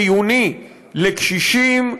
חיוני לקשישים,